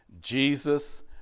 Jesus